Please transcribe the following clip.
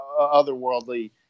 otherworldly